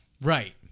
Right